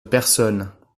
personnes